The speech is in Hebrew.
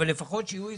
אבל לפחות שיהיו כללים.